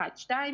דבר שני,